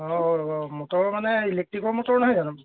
অঁ মটৰ মানে ইলেক্ট্ৰিকৰ মটৰ নহয় জানোঁ